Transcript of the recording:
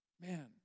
Man